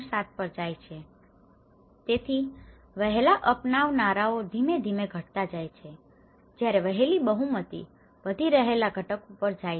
7 પર જાય છે તેથી વહેલા અપનાવનારાઓ ધીમે ધીમે ઘટતા છે જયારે વહેલી બહુમતી વધી રહેલા ઘટક ઉપર જાય છે